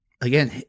again